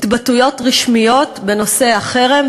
התבטאויות רשמיות בנושא החרם,